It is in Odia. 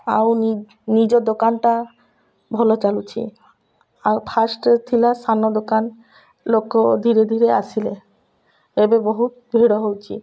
ଆଉ ନି ନିଜ ଦୋକାନଟା ଭଲ ଚାଲୁଛି ଆଉ ଫାଷ୍ଟରେ ଥିଲା ସାନ ଦୋକାନ ଲୋକ ଧୀରେ ଧୀରେ ଆସିଲେ ଏବେ ବହୁତ ଭିଡ଼ ହେଉଛି